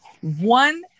one